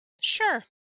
sure